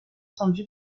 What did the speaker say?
tendu